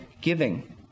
giving